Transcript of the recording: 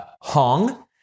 Hong